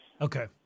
Okay